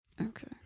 Okay